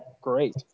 great